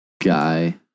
Guy